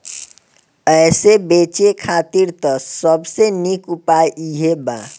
एसे बचे खातिर त सबसे निक उपाय इहे बा